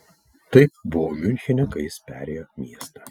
taip buvau miunchene kai jis perėjo miestą